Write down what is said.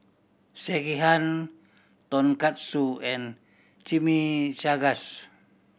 Sekihan Tonkatsu and Chimichangas